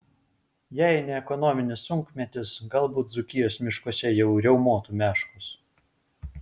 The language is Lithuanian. jei ne ekonominis sunkmetis galbūt dzūkijos miškuose jau riaumotų meškos